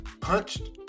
punched